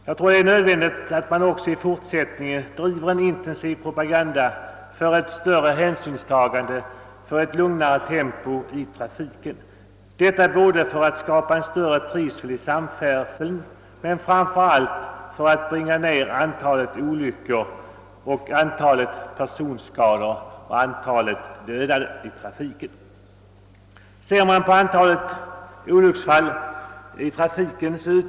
Jag tror det är nödvändigt, att man även i fortsättningen driver en intensiv propaganda för ett större hänsynstagande och ett lugnare tempo i trafiken; detta både för att skapa en större trivsel i trafiken och framför allt, för att bringa ned antalet olyckor med personskador eller dödsfall som följd.